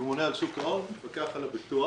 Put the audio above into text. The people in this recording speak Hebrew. וממונה על שוק ההון, המפקח על הביטוח.